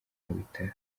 bitaro